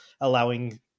allowing